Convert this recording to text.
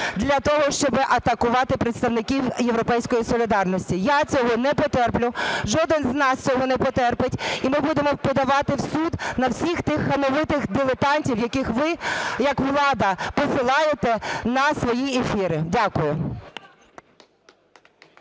для того, щоб атакувати представників "Європейської солідарності". Я цього не потерплю. Жоден з нас цього не потерпить. І ми будемо подавати в суд на всіх тих хамовитих дилетантів, яких ви як влада посилаєте на свої ефіри. Дякую.